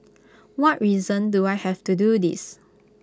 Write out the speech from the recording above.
what reason do I have to do this